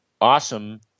awesome